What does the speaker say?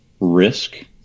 risk